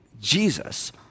Jesus